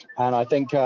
and i think,